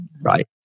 right